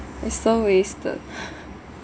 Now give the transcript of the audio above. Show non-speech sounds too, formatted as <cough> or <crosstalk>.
it's so wasted heartbroken <noise>